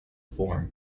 form